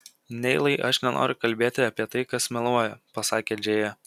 neilai aš nenoriu kalbėti apie tai kas meluoja pasakė džėja